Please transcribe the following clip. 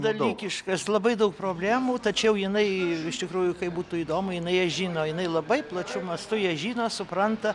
dalykiškas labai daug problemų tačiau jinai iš tikrųjų kaip būtų įdomu jinai žino jinai labai plačiu mastu ji žino supranta